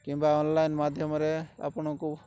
କିମ୍ବା ଅନଲାଇନ୍ ମାଧ୍ୟମରେ ଆପଣଙ୍କୁ